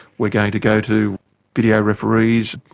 we're going to go to video referees.